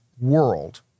world